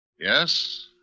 Yes